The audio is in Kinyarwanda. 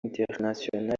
international